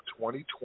2020